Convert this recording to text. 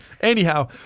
Anyhow